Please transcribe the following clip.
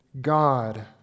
God